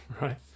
Right